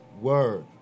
word